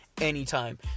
anytime